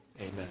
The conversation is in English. Amen